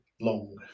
long